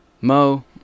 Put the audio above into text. Mo